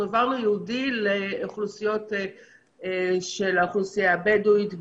ייעודי לאוכלוסייה הבדואית בדרום.